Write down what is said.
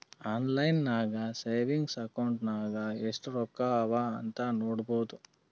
online ನಾಗೆ savings account ನಾಗ್ ಎಸ್ಟ್ ರೊಕ್ಕಾ ಅವಾ ಅಂತ್ ನೋಡ್ಬೋದು